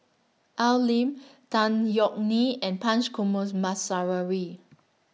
Al Lim Tan Yeok Nee and Punch